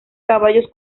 caballos